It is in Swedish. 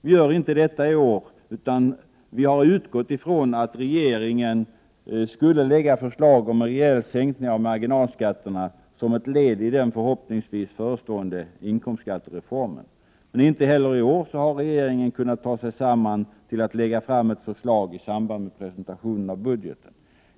Vi gör inte detta i år, utan vi utgår från att regeringen skall lägga fram förslag om en rejäl sänkning av marginalskatterna som ett led i den förhoppningsvis förestående inkomstskattereformen. Men inte heller i år har regeringen kunnat ta sig samman för att lägga fram ett förslag i samband med presentationen av budgeten.